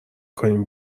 کنیم